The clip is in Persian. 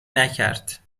نکرد